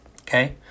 Okay